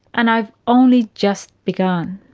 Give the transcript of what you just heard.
and i've only just begun.